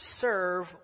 Serve